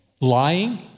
lying